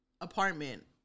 apartment